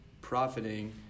profiting